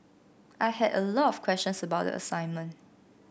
I had a lot of questions about the assignment